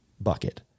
bucket